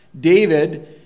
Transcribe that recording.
david